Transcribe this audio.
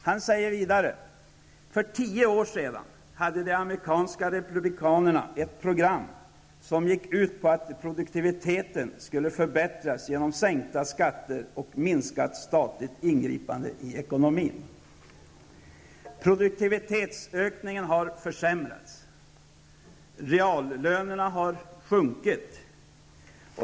Han säger vidare: För tio år sedan hade de amerikanska republikanerna ett program som gick ut på att produktiviteten skulle förbättras genom sänkta skatter och minskat statligt ingripande i ekonomin. Produktivitetsökningen har försämrats. Reallönerna har sjunkit.